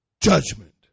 judgment